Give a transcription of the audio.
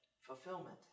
fulfillment